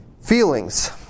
Feelings